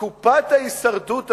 קופת ההישרדות הזאת,